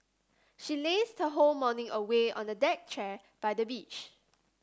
she lazed her whole morning away on a deck chair by the beach